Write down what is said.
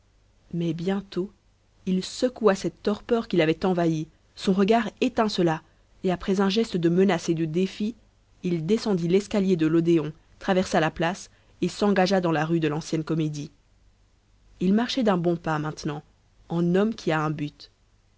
mais bientôt il secoua cette torpeur qui l'avait envahi son regard étincela et après un geste de menace et de défi il descendit l'escalier de l'odéon traversa la place et s'engagea dans la rue de lancienne comédie il marchait d'un bon pas maintenant en homme qui a un but